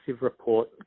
report